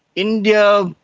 india,